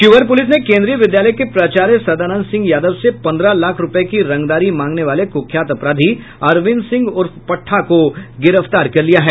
Sheohar police ने केंद्रीय विद्यालय के प्राचार्य सदानंद सिंह यादव से पंद्रह लाख रूपये की रंगदारी मांगने वाले कुख्यात अपराधी अरविंद सिंह उर्फ पट्टा को गिरफ्तार कर लिया है